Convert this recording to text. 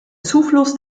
zufluss